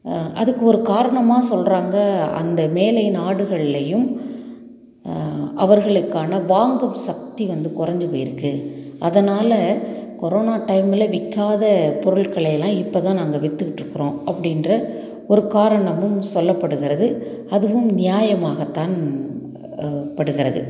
அதுக்கு ஒரு காரணமாக சொல்லுறாங்க அந்த மேலை நாடுகள்ளையும் அவர்களுக்கான வாங்கும் சக்தி வந்து குறஞ்சி போயி இருக்கு அதனால் கொரோனா டைம்மில் விற்காத பொருள்களையெல்லாம் இப்போதான் நாங்கள் விற்றுக்கிட்ருக்குறோம் அப்படின்ற ஒரு காரணமும் சொல்லப்படுகிறது அதுவும் நியாயமாகதான் படுகிறது